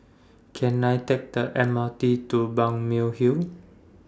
Can I Take The M R T to Balmeg Hill